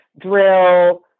Drill